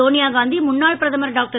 சோனியாகாந்தி முன்னாள் பிரதமர் டாக்டர்